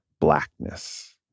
blackness